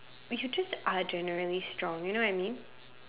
you just are generally strong you know I mean